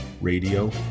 radio